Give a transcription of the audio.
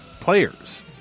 players